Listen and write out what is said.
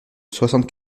soixante